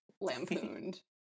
lampooned